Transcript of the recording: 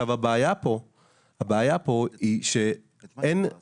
את מה אי אפשר לעשות?